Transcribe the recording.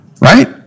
Right